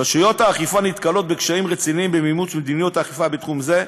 רשויות האכיפה נתקלות בקשיים רציניים במימוש מדיניות האכיפה בתחום זה: